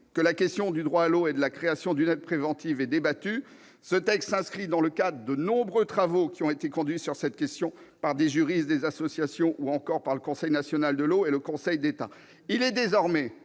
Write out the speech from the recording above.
que la question du droit à l'eau et de la création d'une aide préventive est débattue. Ce texte s'inscrit dans le cadre des nombreux travaux qui ont été conduits sur cette question par des juristes, des associations, ou encore par le Comité national de l'eau et le Conseil d'État.